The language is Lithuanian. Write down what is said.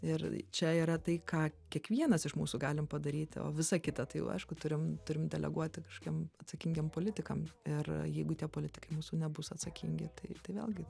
ir čia yra tai ką kiekvienas iš mūsų galim padaryti o visa kita tai jau aišku turim turim deleguoti kažkokiem atsakingiem politikam ir jeigu tie politikai mūsų nebus atsakingi tai tai vėlgi